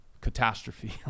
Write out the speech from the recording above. catastrophe